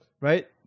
right